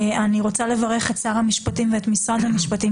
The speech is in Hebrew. אני רוצה לברך את שר המשפטים ואת משרד המשפטים